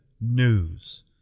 news